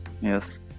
yes